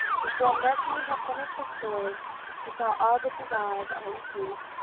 before mercury had finished his story he saw argus's eyes all asleep.